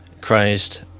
Christ